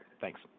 Thanks